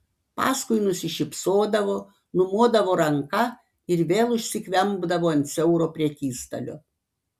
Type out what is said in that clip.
paskui nusišypsodavo numodavo ranka ir vėl užsikvempdavo ant siauro prekystalio